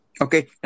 Okay